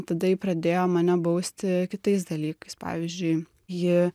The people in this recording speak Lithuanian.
tada ji pradėjo mane bausti kitais dalykais pavyzdžiui ji